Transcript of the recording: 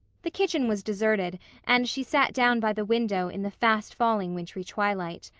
the kitchen was deserted and she sat down by the window in the fast falling wintry twilight.